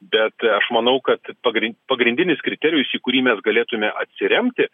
bet aš manau kad pagrin pagrindinis kriterijus į kurį mes galėtume atsiremti